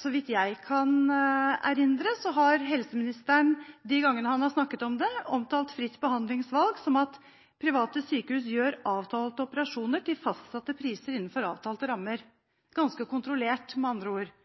Så vidt jeg kan erindre, har helseministeren, de gangene han har snakket om det, omtalt fritt behandlingsvalg som at private sykehus gjør avtalte operasjoner til fastsatte priser innenfor avtalte rammer – ganske kontrollert, med andre ord.